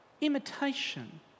imitation